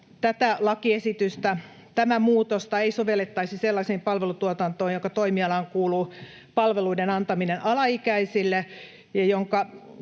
tätä lakiesitystä, tätä muutosta, ei sovellettaisi sellaiseen palveluntuottajaan, jonka toimialaan kuuluu palveluiden antaminen alaikäisille,